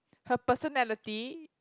her personality